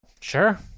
Sure